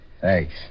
Thanks